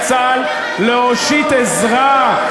את מנעת מחיילי צה"ל להושיט עזרה,